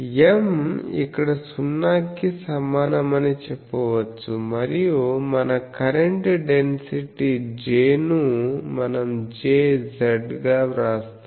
M ఇక్కడ సున్నాకి సమానం అని చెప్పవచ్చు మరియు మన కరెంట్ డెన్సిటీ J ను మనం Jz గా వ్రాస్తాము